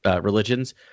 religions